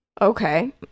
Okay